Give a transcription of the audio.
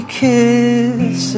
kiss